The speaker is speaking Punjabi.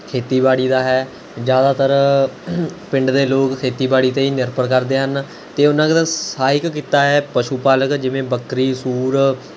ਖੇਤੀਬਾੜੀ ਦਾ ਹੈ ਜ਼ਿਆਦਾਤਰ ਪਿੰਡ ਦੇ ਲੋਕ ਖੇਤੀਬਾੜੀ 'ਤੇ ਹੀ ਨਿਰਭਰ ਕਰਦੇ ਹਨ ਅਤੇ ਉਹਨਾਂ ਦਾ ਸਹਾਇਕ ਕਿੱਤਾ ਹੈ ਪਸ਼ੂ ਪਾਲਕ ਜਿਵੇਂ ਬੱਕਰੀ ਸੂਰ